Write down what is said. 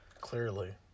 Clearly